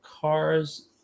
cars